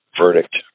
Verdict